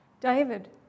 David